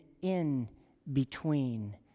in-between